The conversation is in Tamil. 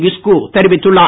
கிஸ்கு தெரிவித்துள்ளார்